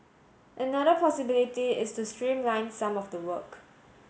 another possibility is to streamline some of the work